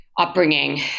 upbringing